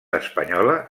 espanyola